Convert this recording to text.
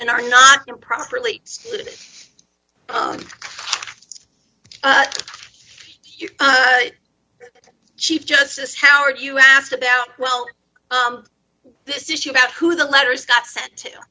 and are not properly thank you chief justice howard you asked about well this issue about who the letters got sent to